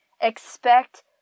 Expect